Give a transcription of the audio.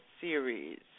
series